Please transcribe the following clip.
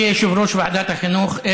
כיושב-ראש ועדת החינוך,